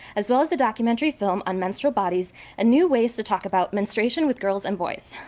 as well as a documentary film on menstrual bodies and new ways to talk about menstruation with girls and boys.